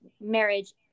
marriage